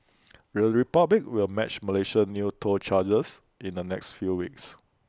the republic will match Malaysia's new toll charges in the next few weeks